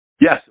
Yes